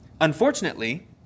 Unfortunately